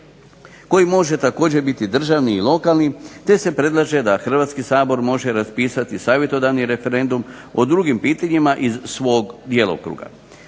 koji može također biti državni, lokalni, te se predlaže da Hrvatski sabor može raspisati savjetodavni referendum o drugim pitanjima iz svog djelokruga